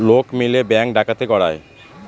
লোক মিলে ব্যাঙ্ক ডাকাতি করায়